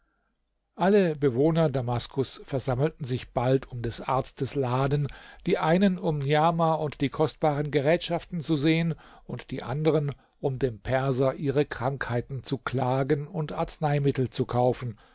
alle bewohner damasks versammelten sich bald um des arztes laden die einen um niamah und die kostbaren gerätschaften zu sehen und die andern um dem perser ihre krankheiten zu klagen und arzneimittel zu kaufen